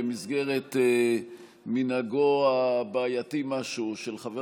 במסגרת מנהגו הבעייתי-משהו של חבר